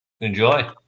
enjoy